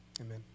amen